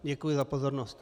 Děkuji za pozornost.